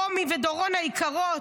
רומי ודורון היקרות,